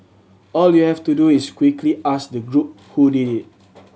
all you have to do is quickly ask the group who did it